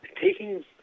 taking